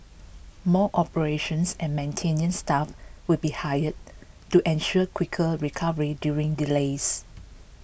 more operations and maintenance staff will be hired to ensure quicker recovery during delays